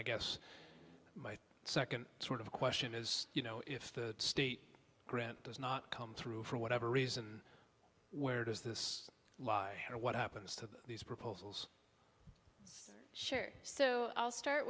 i guess my second sort of question is you know if the state grant does not come through for whatever reason where does this lie or what happens to these proposals so i'll start